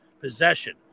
possession